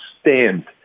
stand